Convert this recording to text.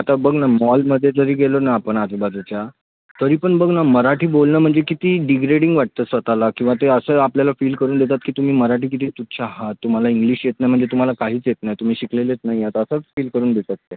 आता बघ ना मॉलमध्ये जरी गेलो ना आपण आजूबाजूच्या तरी पण बघ ना मराठी बोलणं म्हणजे किती डिग्रेडिंग वाटतं स्वतःला किंवा ते असं आपल्याला फील करून देतात की तुम्ही मराठी किती तुच्छ आहात तुम्हाला इंग्लिश येत नाही म्हणजे तुम्हाला काहीच येत नाही तुम्ही शिकलेलेच नाही आहात असंच फील करून देतात ते